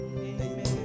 Amen